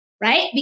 right